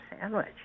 sandwich